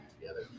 together